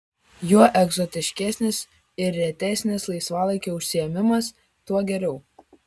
juo egzotiškesnis ir retesnis laisvalaikio užsiėmimas tuo geriau